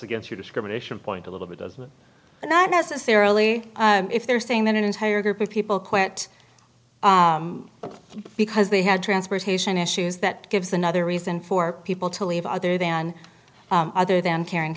against you discrimination point a little bit does not necessarily if they're saying that an entire group of people quit because they had transportation issues that gives another reason for people to leave other than other than caring